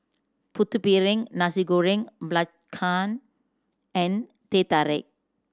Putu Piring Nasi Goreng Belacan and Teh Tarik